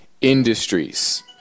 industries